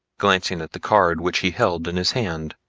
glancing at the card which he held in his hand.